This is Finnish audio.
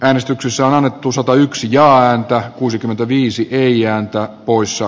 äänestyksessä on annettu satayksi ja antaa kuusikymmentäviisi ja antaa puussa